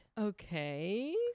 Okay